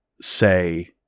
say